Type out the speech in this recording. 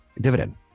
dividend